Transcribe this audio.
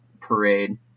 parade